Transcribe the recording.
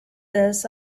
this